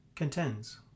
contends